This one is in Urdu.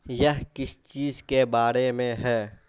یہ کس چیز کے بارے میں ہے